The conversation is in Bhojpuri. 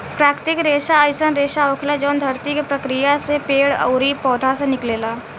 प्राकृतिक रेसा अईसन रेसा होखेला जवन धरती के प्रक्रिया से पेड़ ओरी पौधा से निकलेला